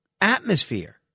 atmosphere